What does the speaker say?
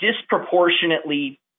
disproportionately